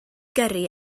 gyrru